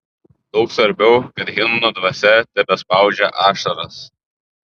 daug svarbiau kad himno dvasia tebespaudžia ašaras